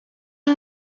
are